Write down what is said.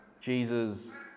Jesus